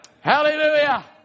Hallelujah